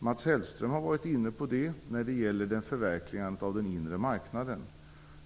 Mats Hellström har varit inne på detta när det gäller förverkligandet av den inre marknaden.